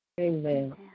Amen